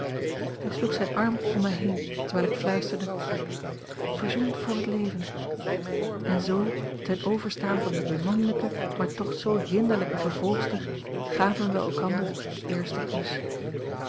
hij sloeg zijn arm om mij heen terwijl ik fluisterde verzoend voor het leven en z ten overstaan van de beminlijke maar toch zoo hinderlijke vervolgster gaven wij elkander den eersten kus